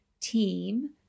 team